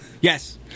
Yes